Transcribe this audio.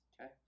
Okay